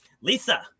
Lisa